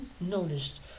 noticed